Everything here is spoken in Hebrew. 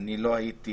אני לא הייתי